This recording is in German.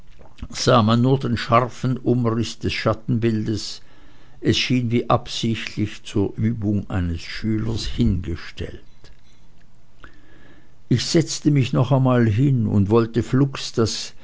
nur den scharfen umriß des schattenbildes es schien wie absichtlich zur übung eines schülers hingestellt ich setzte mich noch einmal hin und wollte flugs das